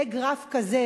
יהיה גרף כזה,